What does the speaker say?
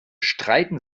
streiten